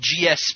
GSP